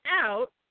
out